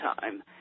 time